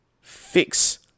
fix